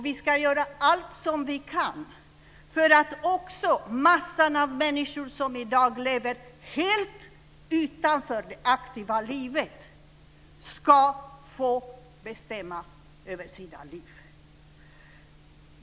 Vi ska göra allt vi kan för att också massan av människor som i dag lever helt utanför det aktiva livet ska få bestämma över sina liv.